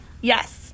Yes